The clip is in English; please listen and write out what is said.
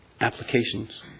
Applications